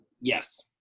Yes